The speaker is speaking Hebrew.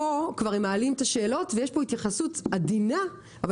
פה הם מעלים את השאלות ויש פה התייחסות עדינה אבל